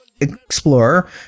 Explorer